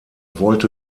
wollte